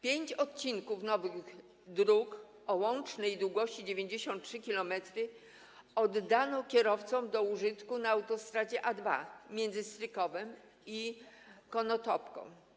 Pięć odcinków nowych dróg o łącznej długości 93 km oddano kierowcom do użytku na autostradzie A2 między Strykowem i Konotopą.